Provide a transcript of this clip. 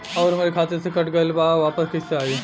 आऊर हमरे खाते से कट गैल ह वापस कैसे आई?